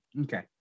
Okay